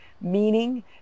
meaning